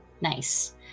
Nice